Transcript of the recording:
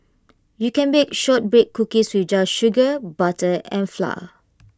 you can bake Shortbread Cookies with just sugar butter and flour